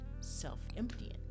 self-emptying